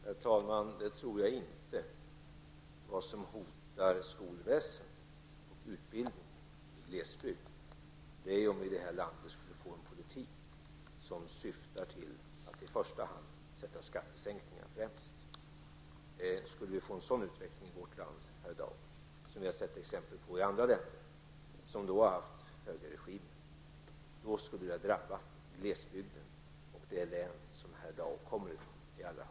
Herr talman! Det tror jag inte. Det som hotar skolväsendet och utbildningen i glesbygden är om vi i det här landet skulle få en politik som syftar till att sätta skattesänkningar främst. Skulle vi få en sådan utveckling i vårt land, herr Dau, som vi har sett exempel på i andra länder, som har haft högerregimer, skulle det i allra högsta grad drabba glesbygden och det län som herr Dau kommer ifrån.